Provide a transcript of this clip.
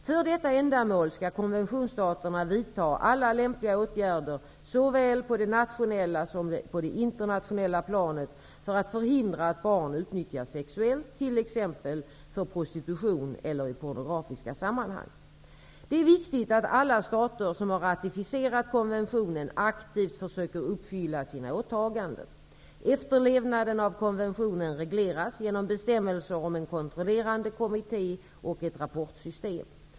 För detta ändamål skall konventionsstaterna vidta alla lämpliga åtgärder såväl på det nationella som på det internationella planet för att förhindra att barn utnyttjas sexuellt, t.ex. för prostitution eller i pornografiska sammanhang. Det är viktigt att alla stater som har ratificerat konventionen aktivt försöker uppfylla sina åtaganden. Efterlevnaden av konventionen regleras genom bestämmelser om en kontrollerande kommitté och ett rapportsystem.